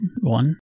one